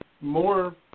more